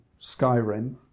Skyrim